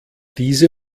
diese